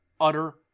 utter